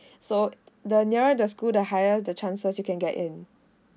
so the nearer the school the higher the chances you can get in